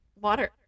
Water